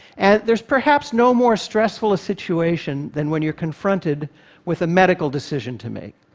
and there's perhaps no more stressful a situation than when you're confronted with a medical decision to make.